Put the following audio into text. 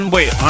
Wait